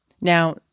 Now